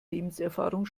lebenserfahrung